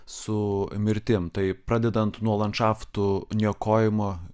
su mirtim tai pradedant nuo landšaftų niokojimo